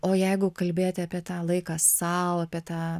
o jeigu kalbėti apie tą laiką sau apie tą